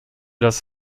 das